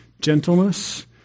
gentleness